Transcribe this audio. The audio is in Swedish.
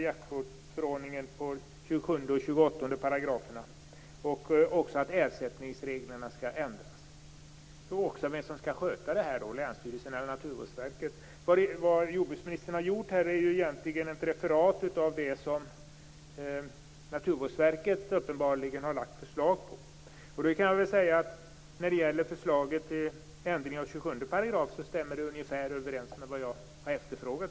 Länsstyrelserna eller Naturvårdsverket? Jordbruksministern har refererat vad Naturvårdsverket har lagt fram förslag om. Förslaget till förändring av 27 § stämmer ungefär överens med vad jag har efterfrågat.